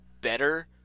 better